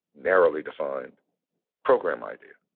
narrowly defined program idea.